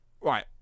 right